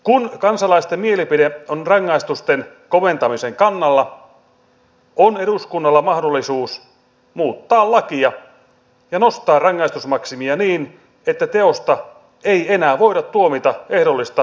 kun kansalaisten mielipide on rangaistusten koventamisen kannalla on eduskunnalla mahdollisuus muuttaa lakia ja nostaa rangaistusmaksimia niin että teosta ei enää voida tuomita ehdollista vankeusrangaistusta